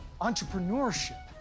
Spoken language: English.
entrepreneurship